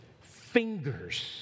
fingers